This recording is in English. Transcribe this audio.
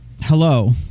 Hello